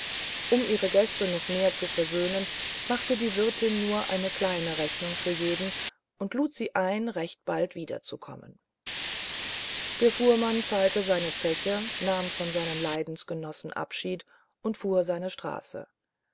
um ihre gäste noch mehr zu versöhnen machte die wirtin nur eine kleine rechnung für jeden und lud sie ein recht bald wiederzukommen der fuhrmann zahlte seine zeche nahm von seinen leidensgenossen abschied und fuhr seine straße